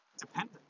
dependent